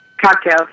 Cocktails